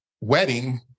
wedding